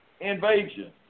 invasion